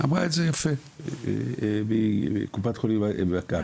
אמרה את זה יפה מקופת חולים מכבי.